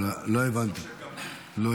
נכון, ארז מלול?